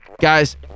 Guys